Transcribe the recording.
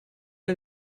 are